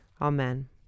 amen